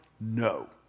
No